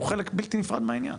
הוא חלק בלתי נפרד מהעניין.